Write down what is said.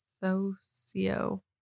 socio